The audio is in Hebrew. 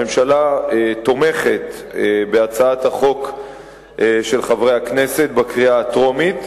הממשלה תומכת בהצעת החוק של חברי הכנסת בקריאה הטרומית,